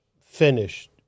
finished